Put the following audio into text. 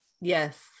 Yes